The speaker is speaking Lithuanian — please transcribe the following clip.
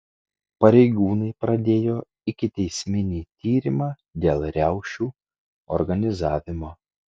pareigūnai pradėjo ikiteisminį tyrimą dėl riaušių organizavimo